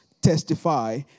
testify